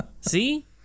See